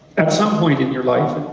at some point in your life,